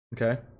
Okay